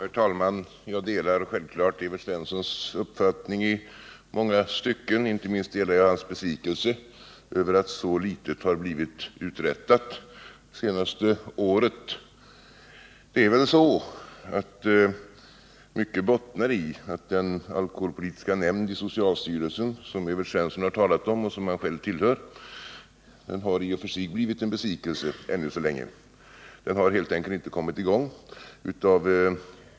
Herr talman! Jag delar självfallet Evert Svenssons uppfattning i många stycken. Inte minst delar jag hans besvikelse över att så litet har blivit uträttat det senaste året. Det är väl så, att mycket bottnar i att den alkoholpolitiska nämnd i socialstyrelsen, som Evert Svensson har talat om och som han själv tillhör, i och för sig är en besvikelse än så länge. Den har helt enkelt inte kommit i gång.